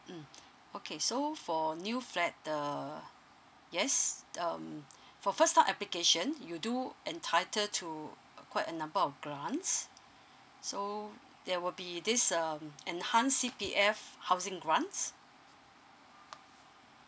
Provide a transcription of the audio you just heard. mm okay so for new flat uh yes um for first time applications you do entitled to a quite a number of grants so there will be this um enhance C_P_F housing grants